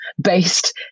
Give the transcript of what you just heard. based